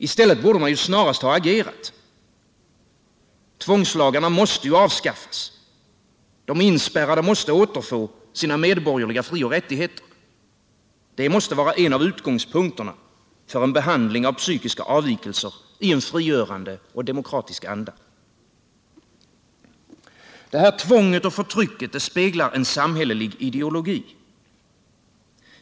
I stället borde man ju snarast ha agerat. Tvångslagarna måste avskaffas, de inspärrade måste återfå sina medborgerliga frioch rättigheter. Det måste vara en av utgångspunkterna för en behandling av psykiska avvikelser i en frigörande och demokratisk anda. Det här tvånget och förtrycket speglar en samhällelig ideologi.